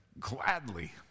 gladly